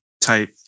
type